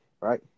right